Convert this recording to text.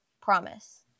Promise